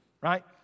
right